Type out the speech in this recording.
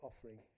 offering